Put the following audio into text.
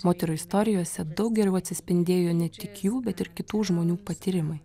moterų istorijose daug geriau atsispindėjo ne tik jų bet ir kitų žmonių patyrimai